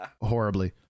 horribly